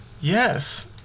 yes